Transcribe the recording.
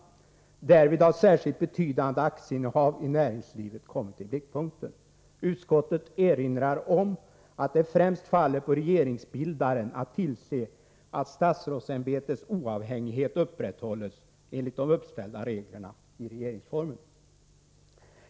Därvid har särskilt betydande aktieinnehav i näringslivet kommit i blickpunkten. Utskottet erinrar om att det främst faller på regeringsbildaren att tillse att statsrådsämbetets oavhängighet upprätthålls enligt de uppställda reglerna i regeringsformen.